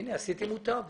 אין בזה הגיון.